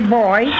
boy